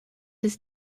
his